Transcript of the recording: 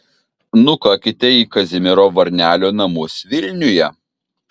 nukakite į kazimiero varnelio namus vilniuje